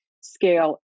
scale